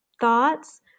thoughts